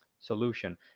solution